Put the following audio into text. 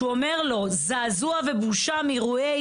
שהוא אומר לו: "זעזוע ובושה מאירועי